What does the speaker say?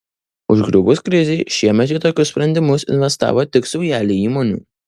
užgriuvus krizei šiemet į tokius sprendimus investavo tik saujelė įmonių